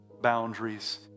boundaries